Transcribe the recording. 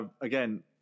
again